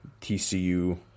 TCU